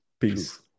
Peace